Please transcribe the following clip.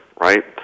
right